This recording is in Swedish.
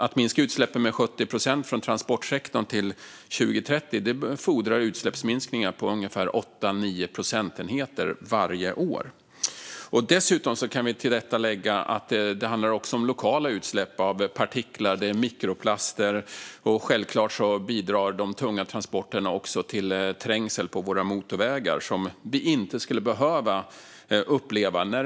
Att minska utsläppen från transportsektorn med 70 procent till 2030 fordrar utsläppsminskningar på ungefär 8-9 procentenheter varje år. Vi kan dessutom tillrättalägga något. Det handlar också om lokala utsläpp av partiklar, och det är mikroplaster. Självfallet bidrar de tunga transporterna också till en trängsel på våra motorvägar som vi inte skulle behöva uppleva.